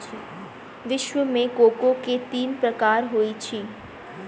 विश्व मे कोको के तीन प्रकार होइत अछि